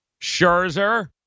Scherzer